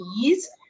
ease